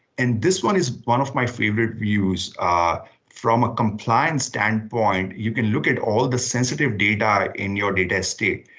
and this one is one of my favorite views from a compliance standpoint, you can look at all the sensitive data in your data state.